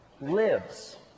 lives